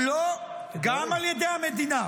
לא, גם על ידי המדינה.